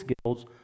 skills